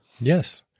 Yes